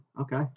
Okay